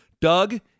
Doug